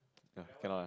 ya cannot lah